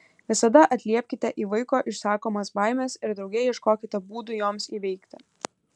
visada atliepkite į vaiko išsakomas baimes ir drauge ieškokite būdų joms įveikti